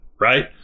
right